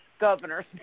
governor's